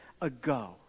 ago